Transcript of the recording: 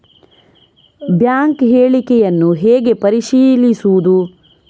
Bank ಹೇಳಿಕೆಯನ್ನು ಹೇಗೆ ಪರಿಶೀಲಿಸುವುದು?